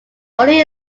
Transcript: only